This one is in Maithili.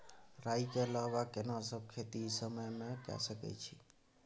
राई के अलावा केना सब खेती इ समय म के सकैछी?